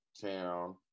town